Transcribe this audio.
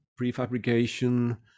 prefabrication